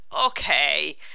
okay